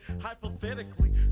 hypothetically